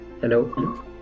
Hello